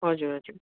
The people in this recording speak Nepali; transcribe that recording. हजुर हजुर